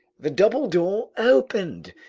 the double door opened,